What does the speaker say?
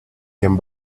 came